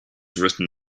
written